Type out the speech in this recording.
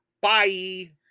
Bye